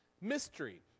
Mystery